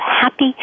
happy